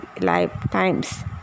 lifetimes